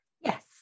yes